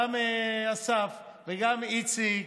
גם אסף וגם איציק